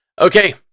Okay